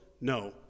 no